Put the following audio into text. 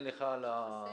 המתאר